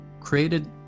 created